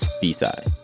b-side